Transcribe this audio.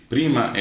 Prima